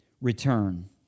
return